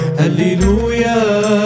hallelujah